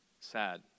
sad